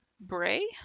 Bray